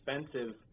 expensive